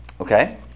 Okay